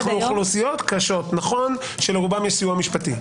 אוכלוסיות קשות - נכון שלרובם יש סיוע משפטי.